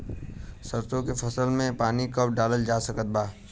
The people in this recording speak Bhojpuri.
सरसों के फसल में पानी कब डालल जा सकत बा?